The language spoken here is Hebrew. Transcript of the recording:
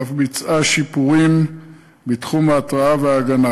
ואף ביצעה שיפורים בתחום ההתרעה וההגנה.